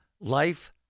life